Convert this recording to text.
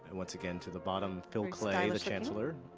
once again to the bottom, phil the chancellor.